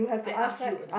I ask you ah now